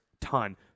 Ton